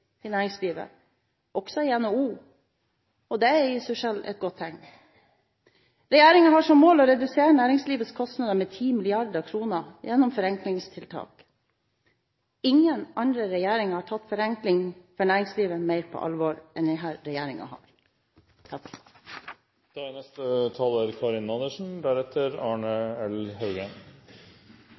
i næringslivet, også i NHO, og det er i seg selv et godt tegn. Regjeringen har som mål å redusere næringslivets kostnader med 10 mrd. kr gjennom forenklingstiltak. Ingen andre regjeringer har tatt forenkling for næringslivet mer på alvor enn